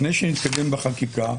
לפני שנתקדם בחקיקה,